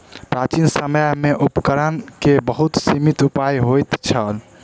प्राचीन समय में उपकरण के बहुत सीमित उपाय होइत छल